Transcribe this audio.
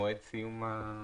בסיום הישיבה.